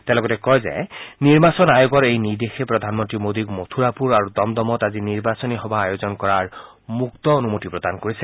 তেওঁ লগতে কয় যে নিৰ্বাচন আয়োগৰ এই নিৰ্দেশে প্ৰধানমন্ত্ৰী মোদীক মথুৰাপুৰ আৰু দমদমত আজি নিৰ্বাচনী সভাৰ আয়োজন কৰাৰ মুক্ত অনুমতি প্ৰদান কৰিছে